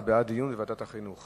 זה בעד דיון בוועדת החינוך,